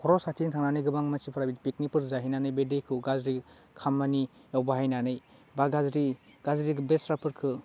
खर' साथिं थांनानै गोबां मानसिफोरा पिकनिकफोर जाहैनानै बे दैखौ गाज्रि खामानियाव बाहायनानै बा गाज्रि गाज्रि बेसादफोरखौ